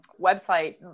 website